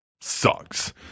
sucks